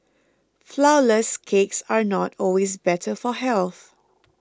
Flourless Cakes are not always better for health